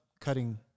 cutting